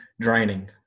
draining